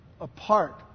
apart